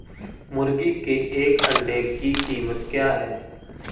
मुर्गी के एक अंडे की कीमत क्या है?